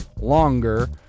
longer